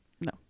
No